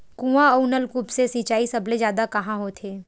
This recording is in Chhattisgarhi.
कुआं अउ नलकूप से सिंचाई सबले जादा कहां होथे?